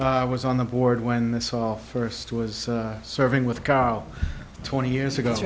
i was on the board when this all first was serving with caro twenty years ago